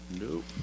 Nope